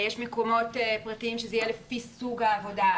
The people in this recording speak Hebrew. יש מקומות פרטיים שזה יהיה לפי סוג העבודה.